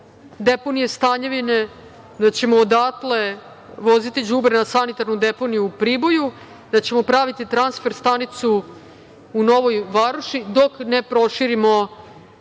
deponije Stanjevine, da ćemo odatle voziti đubre na sanitarnu deponiju u Priboju, da ćemo praviti transfer stanicu u Novoj Varoši, dok ne proširimo